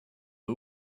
who